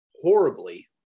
horribly